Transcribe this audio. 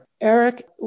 Eric